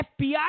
FBI